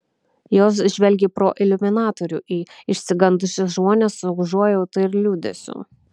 jos žvelgė pro iliuminatorių į išsigandusius žmones su užuojauta ir liūdesiu